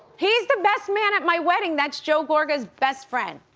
he's the best man at my wedding, that's joe gorga's best friend.